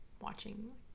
watching